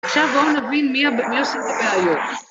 עכשיו בואו נבין מי עושה את הבעיות.